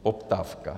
Poptávka.